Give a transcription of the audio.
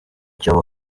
cyobo